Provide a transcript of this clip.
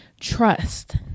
trust